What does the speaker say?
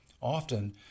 often